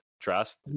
Trust